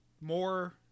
More